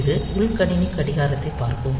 இது உள் கணினி கடிகாரத்தைப் பார்க்கும்